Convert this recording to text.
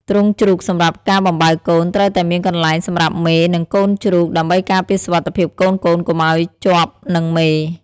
ទ្រុងជ្រូកសម្រាប់ការបំបៅកូន ត្រូវតែមានកន្លែងសម្រាប់មេ និងកូនជ្រូកដើម្បីការពារសុវត្ថិភាពកូនៗកុំឲ្យជាប់នឹងមេ។